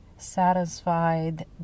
satisfied